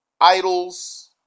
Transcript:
idols